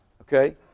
Okay